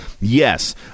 yes